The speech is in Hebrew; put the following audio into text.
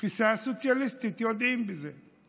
תפיסה סוציאליסטית, יודעים את זה,